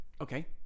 Okay